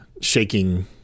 shaking